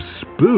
Spoof